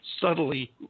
subtly